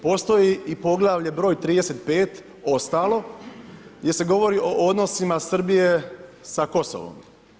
Postoji i poglavlje broj 35 ostalo gdje se govori o odnosima Srbije sa Kosovom.